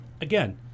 again